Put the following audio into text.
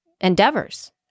endeavors